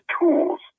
tools